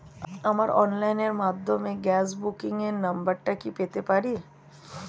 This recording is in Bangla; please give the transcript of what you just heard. আমার অনলাইনের মাধ্যমে গ্যাস বুকিং এর নাম্বারটা কি পেতে পারি?